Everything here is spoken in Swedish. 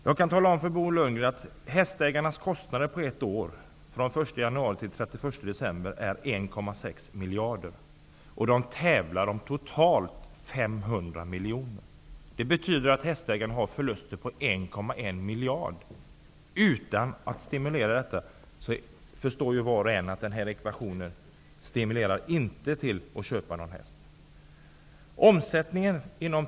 Jag kan tala om för Bo Lundgren att hästägarnas kostnader under ett år, fr.o.m. den 1 januari t.o.m. den 31 december, är 1,6 miljarder. De tävlar om totalt 500 miljoner. Det betyder att hästägarna gör förluster på 1,1 miljarder. Var och en förstår att denna ekvation inte stimulerar någon till att köpa en häst.